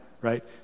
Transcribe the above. right